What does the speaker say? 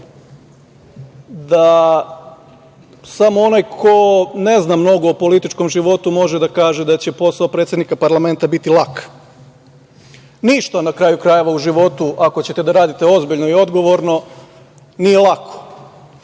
da samo onaj ko ne zna mnogo o političkom životu može da kaže da će posao predsednika Parlamenta biti lak. Ništa na kraju krajeva u životu, ako ćete da radite ozbiljno i odgovorno nije lako.